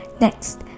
next